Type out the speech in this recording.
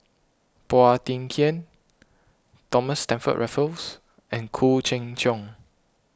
Phua Thin Kiay Thomas Stamford Raffles and Khoo Cheng Tiong